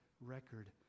record